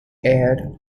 aired